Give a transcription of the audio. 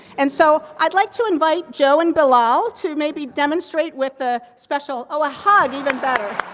and so, i'd like to invite joe and bilal to maybe demonstrate with the special oh, a hug, even better.